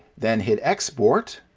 then hit export